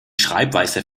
schreibweise